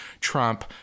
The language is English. Trump